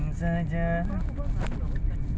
ah fifty to seven se~ seventy percent only